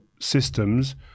systems